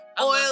oil